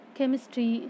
Chemistry